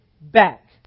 back